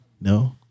No